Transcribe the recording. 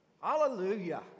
Hallelujah